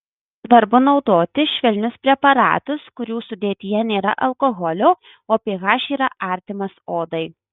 svarbu naudoti švelnius preparatus kurių sudėtyje nėra alkoholio o ph yra artimas odai